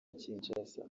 kinshasa